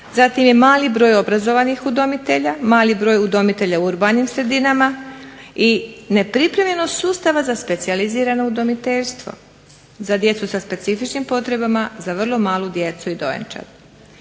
Zatim je mali broj obrazovanih udomitelja, mali broj udomitelja u urbanim sredinama i nepripremljenost sustava za specijalizirano udomiteljstvo. Za djecu sa specifičnim potrebama, za vrlo malu djecu i dojenčad.